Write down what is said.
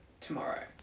tomorrow